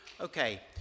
Okay